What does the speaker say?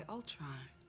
Ultron